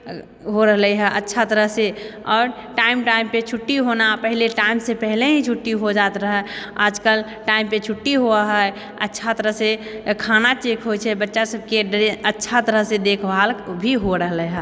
हो रहलै हऽ अच्छा तरहसँ आओर टाइम टाइमपर छुट्टी होना पहिले टाइमसँ पहले ही छुट्टी हो जात रहऽ आजकल टाइमपर छुट्टी होअऽ हइ अच्छा तरहसँ खाना चेक होइ छै बच्चा सबके अच्छा तरहसँ देखभाल भी हो रहलै हऽ